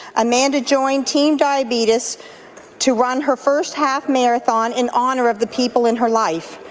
amanda joined team diabetes to run her first half marathon in honour of the people in her life.